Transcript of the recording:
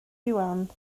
iwan